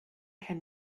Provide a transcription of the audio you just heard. had